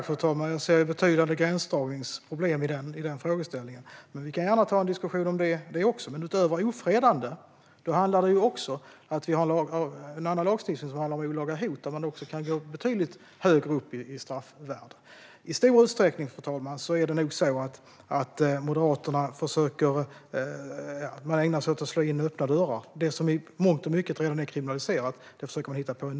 Fru talman! Jag ser betydande gränsdragningsproblem i den frågeställningen. Men vi kan gärna ta en diskussion om det också, Tomas Tobé. Utöver ofredande har vi en annan lagstiftning som handlar om olaga hot. Där kan man också gå betydligt högre upp i straffvärde. Fru talman! I stor utsträckning ägnar Moderaterna sig åt att slå in öppna dörrar. Man försöker hitta en ny brottsrubricering för det som i mångt och mycket redan är kriminaliserat.